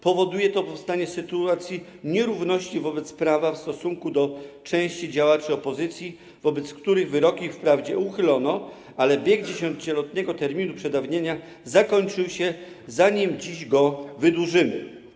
Powoduje to powstanie sytuacji nierówności wobec prawa w stosunku do części działaczy opozycji, wobec których wyroki wprawdzie uchylono, ale bieg 10-letniego terminu przedawnienia zakończył się, zanim dziś go wydłużymy.